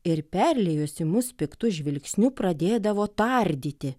ir perliejusi mus piktu žvilgsniu pradėdavo tardyti